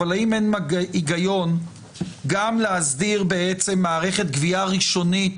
אבל האם אין היגיון גם להסדיר בעצם מערכת גבייה ראשונית